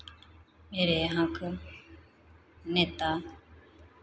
मेरे यहाँ के नेता